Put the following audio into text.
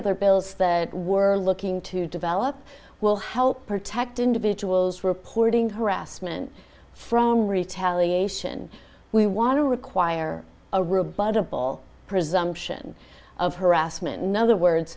other bills that we're looking to develop will help protect individuals reporting harassment from retaliation we want to require a real butterball presumption of harassment another words